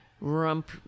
Rump